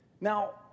Now